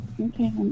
Okay